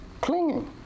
clinging